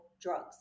drugs